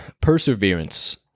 perseverance